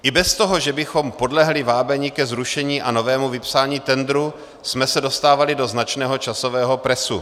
I bez toho, že bychom podlehli vábení ke zrušení a novému vypsání tendru, jsme se dostávali do značného časového presu.